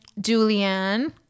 julianne